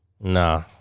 Nah